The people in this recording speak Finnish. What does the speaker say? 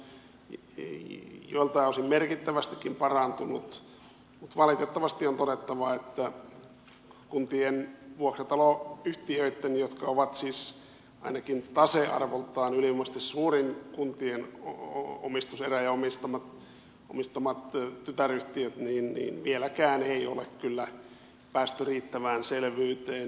nyt se on joiltain osin merkittävästikin parantunut mutta valitettavasti on todettava että kuntien vuokrataloyhtiöistä jotka ovat siis ainakin tasearvoltaan ylivoimaisesti suurin kuntien omistuserä ja niiden omistamista tytäryhtiöistä vieläkään ei ole kyllä päästy riittävään selvyyteen